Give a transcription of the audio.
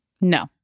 No